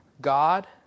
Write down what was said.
God